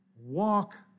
walk